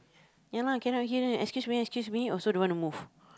ya lah cannot hear then excuse me excuse me also don't want to move